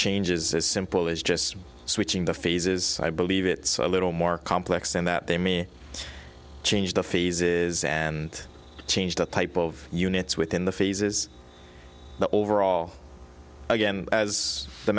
changes as simple as just switching the phases i believe it's a little more complex and that they me change the phases and change the type of units within the phases the overall again as the